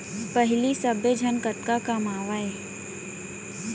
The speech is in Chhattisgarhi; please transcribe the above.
पहिली सब्बे झन कतका कमावयँ